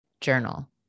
journal